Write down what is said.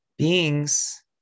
Beings